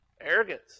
Arrogance